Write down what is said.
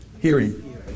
hearing